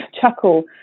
chuckle